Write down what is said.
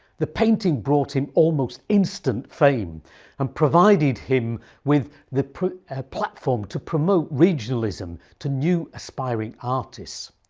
the painting brought him almost instant fame and provided him with the ah platform to promote regionalism to new aspiring artists.